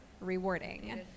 rewarding